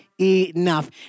enough